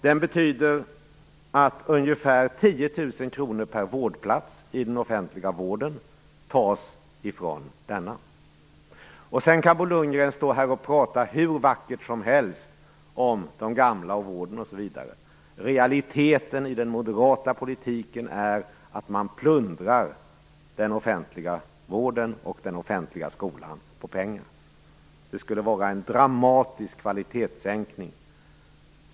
Den betyder att ungefär 10 000 kr per vårdplats i den offentliga vården tas från denna. Sedan kan Bo Lundgren stå här och prata hur vackert som helst om de gamla och vården. Realiteten i den moderata politiken är att man plundrar den offentliga vården och den offentliga skolan på pengar. Det skulle innebära en dramatisk kvalitetssänkning.